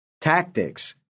tactics